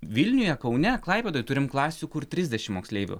vilniuje kaune klaipėdoj turim klasių kur trisdešim moksleivių